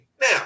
Now